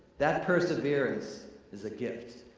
that perseverance is a gift.